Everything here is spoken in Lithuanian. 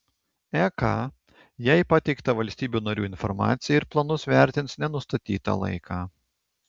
ek jai pateiktą valstybių narių informaciją ir planus vertins nenustatytą laiką